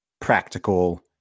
practical